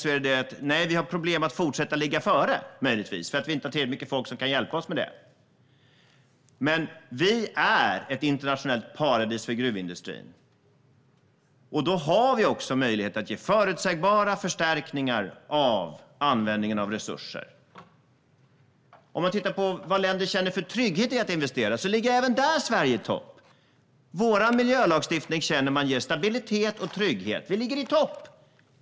Nej, vi har möjligen problem att fortsätta ligga före för att vi inte har tillräckligt mycket folk som kan hjälpa oss med det. Men vi är ett internationellt paradis för gruvindustrin. Då har vi också möjlighet att ge förutsägbara förstärkningar när det gäller användningen av resurser. Om man tittar på vad länder känner för trygghet i att investera ligger Sverige även där i topp. Man känner att vår miljölagstiftning ger stabilitet och trygghet. Vi ligger i topp.